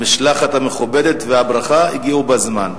המשלחת המכובדת והברכה הגיעו בזמן.